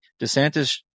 DeSantis